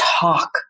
talk